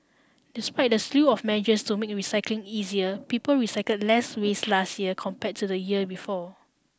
despite the slew of measures to make recycling easier people recycle less waste last year compared to the year before